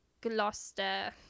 Gloucester